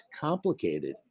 complicated